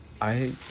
I-